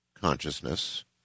consciousness